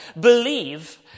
believe